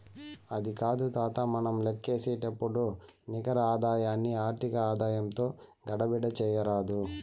అది కాదు తాతా, మనం లేక్కసేపుడు నికర ఆదాయాన్ని ఆర్థిక ఆదాయంతో గడబిడ చేయరాదు